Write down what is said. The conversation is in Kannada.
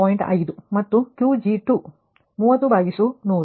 5 ಮತ್ತು Q G2 30 100 ಪ್ರತಿ ಒಂದು ಮೌಲ್ಯ 0